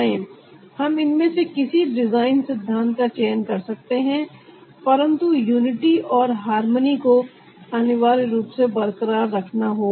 हम इनमें से किसी डिजाइन सिद्धांत का चयन कर सकते हैं परंतु यूनिटी और हारमोनी को अनिवार्य रूप से बरकरार रखना होगा